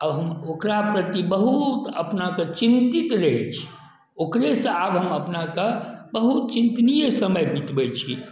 आओर हम ओकरा प्रति बहुत अपनाके चिन्तित रहै छी ओकरेसँ आब हम अपनाके बहुत चिन्तनीय समय बितबै छी